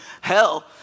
hell